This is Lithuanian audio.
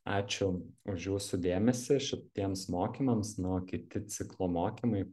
ačiū už jūsų dėmesį šitiems mokymams na o kiti ciklo mokymai